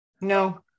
no